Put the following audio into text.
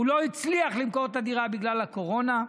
הוא לא הצליח למכור את הדירה בגלל הקורונה.